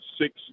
six